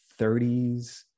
30s